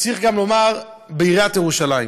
וצריך גם לומר בעיריית ירושלים,